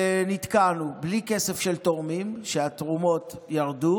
ונתקענו בלי כסף של תורמים כשהתרומות ירדו